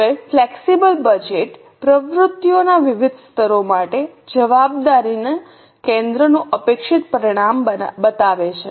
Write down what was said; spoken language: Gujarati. હવે ફ્લેક્સિબલ બજેટ પ્રવૃત્તિઓના વિવિધ સ્તરો માટે જવાબદારી કેન્દ્રનું અપેક્ષિત પરિણામ બતાવે છે